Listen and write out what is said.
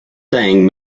saying